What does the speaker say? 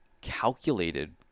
calculated